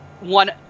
one